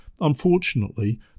Unfortunately